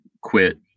quit